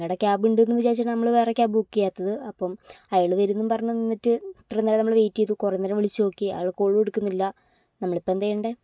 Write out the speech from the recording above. നിങ്ങളുടെ ക്യാബ് ഉണ്ടെന്നു വിചാരിച്ചാണ് നമ്മൾ വേറെ ക്യാബ് ബുക്ക് ചെയ്യാത്തത് അപ്പം അയാൾ വരും എന്ന് പറഞ്ഞു നിന്നിട്ട് ഇത്രയും നേരം നമ്മൾ വെയിറ്റ് ചെയ്ത് കുറേ നേരം വിളിച്ചു നോക്കി അയാൾ കോളും എടുക്കുന്നില്ല നമ്മൾ ഇപ്പം എന്താ ചെയ്യേണ്ടത്